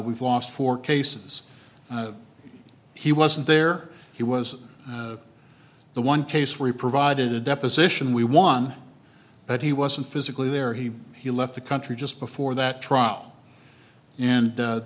we've lost four cases he wasn't there he was the one case we provided a deposition we won but he wasn't physically there he he left the country just before that trial and